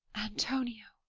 antonio!